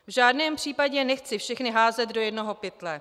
V žádném případě nechci všechny házet do jednoho pytle.